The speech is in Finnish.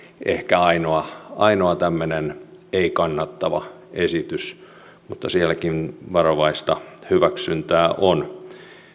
ehkä ainoa ainoa tämmöinen ei kannattava esitys mutta sielläkin varovaista hyväksyntää on